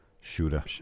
Shooter